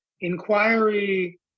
inquiry